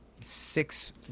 Six